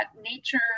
nature